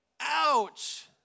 Ouch